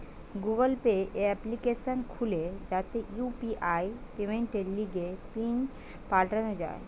Google Pay application খুলে যাতে UPI পেমেন্টের লিগে পিন পাল্টানো যায়